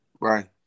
right